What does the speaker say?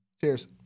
Cheers